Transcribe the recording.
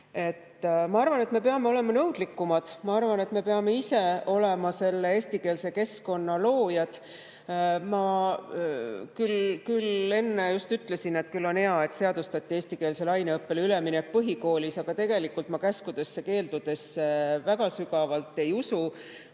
arvan, et me peame olema nõudlikumad. Ma arvan, et me peame ise olema eestikeelse keskkonna loojad. Ma küll enne ütlesin, et küll on hea, et seadustati eestikeelsele aineõppele üleminek põhikoolis, aga tegelikult ma käskudesse-keeldudesse väga sügavalt ei usu.